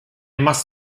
must